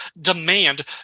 demand